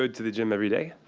to the gym every day?